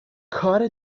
کار